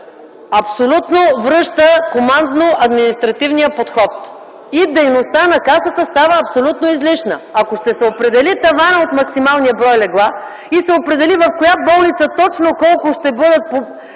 абсолютно връща командно-административния подход и дейността на Касата става абсолютно излишна! Ако таванът ще се определи от максималния брой легла и се определи в коя болница точно колко ще бъдат